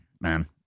man